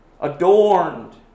adorned